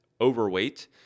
overweight